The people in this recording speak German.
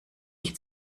ich